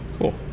cool